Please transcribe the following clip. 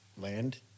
land